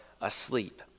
asleep